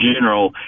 general